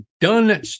done